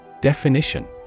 Definition